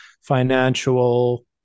financial